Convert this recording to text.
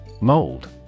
Mold